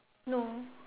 no